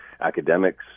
academics